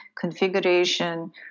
configuration